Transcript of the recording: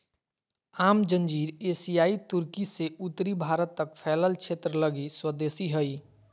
आम अंजीर एशियाई तुर्की से उत्तरी भारत तक फैलल क्षेत्र लगी स्वदेशी हइ